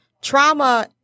Trauma